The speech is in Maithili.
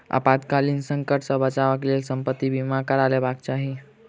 आपातकालीन संकट सॅ बचावक लेल संपत्ति बीमा करा लेबाक चाही